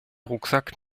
rucksack